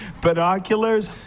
binoculars